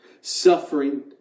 suffering